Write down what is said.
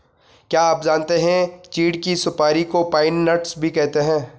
क्या आप जानते है चीढ़ की सुपारी को पाइन नट्स भी कहते है?